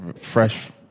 fresh